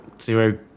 zero